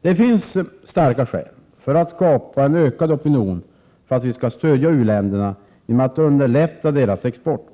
Det finns starka skäl att skapa en ökad opinion för att vi skall stödja u-länderna genom att underlätta deras export.